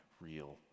real